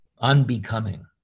unbecoming